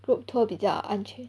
group tour 比较安全